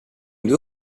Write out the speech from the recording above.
due